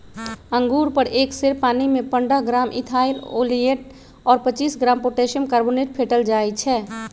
अंगुर पर एक सेर पानीमे पंडह ग्राम इथाइल ओलियट और पच्चीस ग्राम पोटेशियम कार्बोनेट फेटल जाई छै